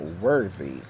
worthy